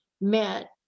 met